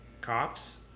Cops